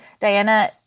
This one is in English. Diana